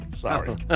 Sorry